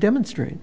demonstrate